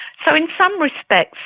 so in some respects,